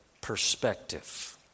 perspective